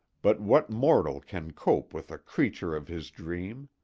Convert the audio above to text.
but what mortal can cope with a creature of his dream?